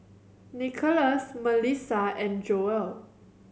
Nicolas Mellissa and Joel